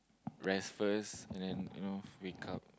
rest first you know wake up